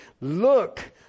look